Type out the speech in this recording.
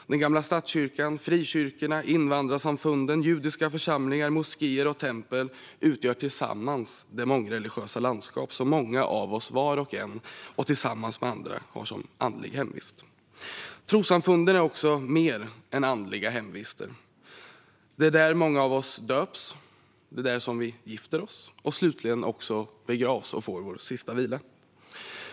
Den gamla statskyrkan, frikyrkorna, invandrarsamfunden, judiska församlingar, moskéer och tempel utgör tillsammans det mångreligiösa landskap som många av oss, var och en och tillsammans med andra, har som andlig hemvist. Trossamfunden är också mer än andliga hemvister. Det är där många av oss döps, gifter oss och slutligen också begravs och får vår sista vila.